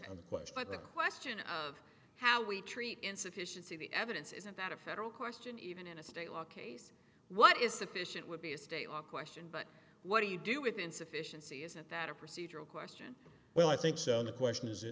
on the quest by the question of how we treat insufficiency the evidence isn't that a federal question even in a state law case what is sufficient would be a state law question but what do you do with insufficiency isn't that a procedural question well i think so on the question is